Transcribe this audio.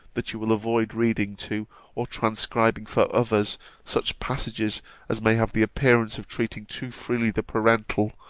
that you will avoid reading to or transcribing for others such passages as may have the appearance of treating too freely the parental,